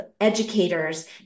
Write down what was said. educators